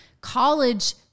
college